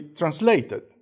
translated